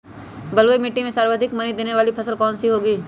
बलुई मिट्टी में सर्वाधिक मनी देने वाली फसल कौन सी होंगी?